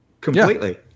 completely